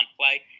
play